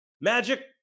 Magic